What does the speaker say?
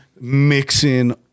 mixing